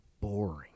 boring